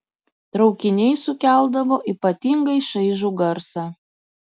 traukiniai sukeldavo ypatingai šaižų garsą